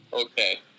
Okay